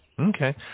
Okay